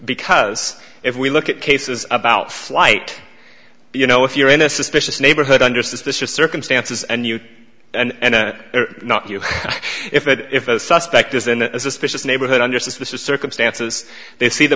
because if we look at cases about flight you know if you're in a suspicious neighborhood under suspicious circumstances and you and not you if that if a suspect is in a suspicious neighborhood under suspicious circumstances they see the